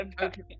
okay